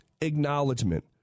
acknowledgement